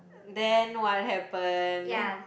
then what happen